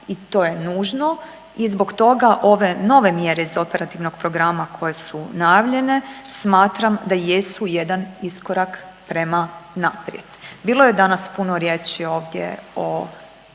i to je nužno i zbog toga ove nove mjere iz Operativnog programa koje su najavljene smatram da jesu jedan iskorak prema naprijed. Bilo je danas puno riječi ovdje o